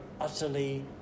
utterly